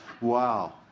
wow